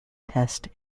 test